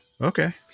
okay